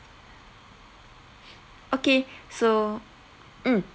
okay so mm